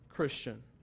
Christian